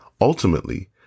Ultimately